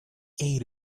ate